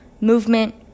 movement